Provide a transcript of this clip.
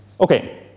Okay